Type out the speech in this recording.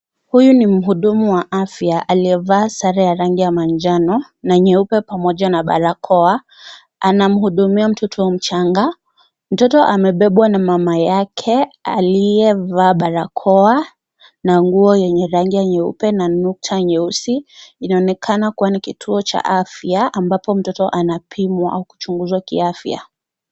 Huyo ni mhudumu wa afya aliyevaa sare ya rangi ya manjano na nyeupe pamoja na barakoa anamhudumia mtoto mchanga, mtoto amebebwa na mama yake aliyevaa barakoa na nguo yenye rangi nyeupe na nukta nyeusi inaonekana kuwa ni kituo cha afya ambapo mtoto anapimwa au kuchunguzwa kiafya.